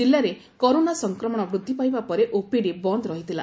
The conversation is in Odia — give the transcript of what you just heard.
ଜିଲ୍ଲାରେ କରୋନା ସଂକ୍ରମଣ ବୃଦ୍ଧି ପାଇବା ପରେ ଓପିଡ଼ି ବନ୍ଧ ରହିଥିଲା